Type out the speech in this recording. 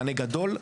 מענה גדול,